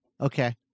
Okay